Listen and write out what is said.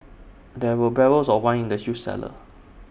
there were barrels of wine in the huge cellar